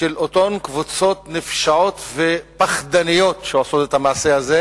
של אותן קבוצות נפשעות ופחדניות שעושות את המעשה הזה,